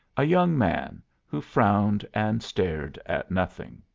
a young man who frowned and stared at nothing.